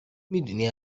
میدونی